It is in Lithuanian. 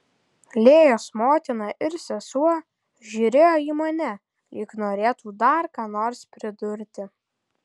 lėjos motina ir sesuo žiūrėjo į mane lyg norėtų dar ką nors pridurti